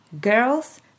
girls